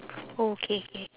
oh K K